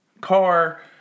car